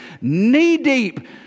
knee-deep